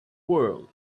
world